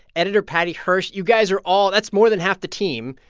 editor paddy hirsch, you guys are all that's more than half the team.